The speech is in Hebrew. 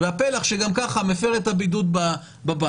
והפלח שגם ככה מפר את הבידוד בבית,